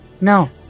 No